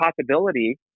possibility